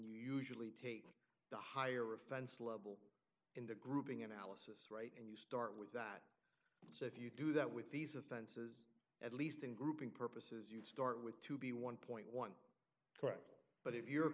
usually take the higher offense level in the grouping and out and you start with that so if you do that with these offenses at least in grouping purposes you start with to be one point one correct but if you're